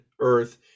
earth